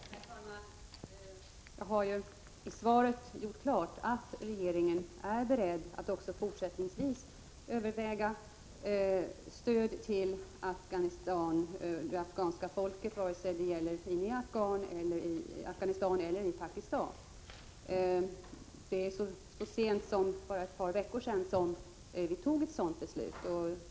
Herr talman! Jag har ju i svaret gjort klart att regeringen är beredd att också fortsättningsvis överväga stöd till det afghanska folket vare sig det gäller det fria Afghanistan eller Pakistan. Så sent som för bara ett par veckor sedan tog regeringen ett sådant beslut.